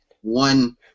one